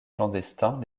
clandestins